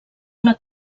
una